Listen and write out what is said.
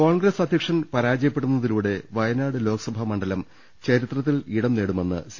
കോൺഗ്രസ് അധ്യക്ഷൻ പരാജയപ്പെടുന്നതിലൂടെ വയനാട് ലോക്സഭാ മണ്ഡലം ചരിത്രത്തിൽ ഇടം നേടുമെന്ന് സി